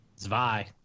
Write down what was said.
Zvi